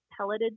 pelleted